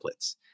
templates